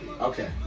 okay